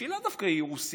שהיא לאו דווקא רוסיה,